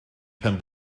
pen